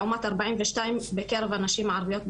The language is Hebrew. לעומת ארבעים ושתיים בקרב הנשים הערביות בישראל.